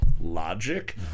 Logic